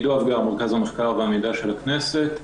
שמי עידו אבגר ממרכז המחקר והמידע של הכנסת.